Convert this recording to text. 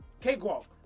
cakewalk